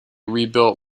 rebuilt